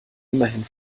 immerhin